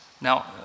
Now